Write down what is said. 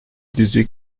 dizi